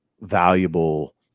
valuable